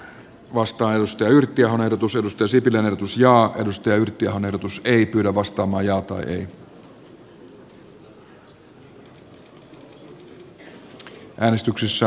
rakennepoliittisen ohjelman leikkausesitykset perustuvat ylimalkaiseen arvioon suomen taloustilanteesta ja kestävyysvajeen suuruudesta